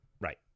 right